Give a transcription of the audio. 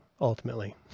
ultimately